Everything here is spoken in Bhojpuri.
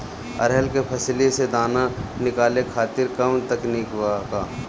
अरहर के फली से दाना निकाले खातिर कवन तकनीक बा का?